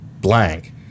blank